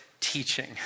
teaching